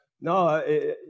no